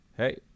Hey